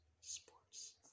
sports